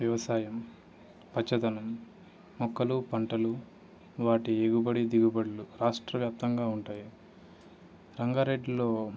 వ్యవసాయం పచ్చదనం మొక్కలు పంటలు వాటి ఎగుబడి దిగుబడులు రాష్ట్ర వ్యాప్తంగా ఉంటాయి రంగారెడ్డిలో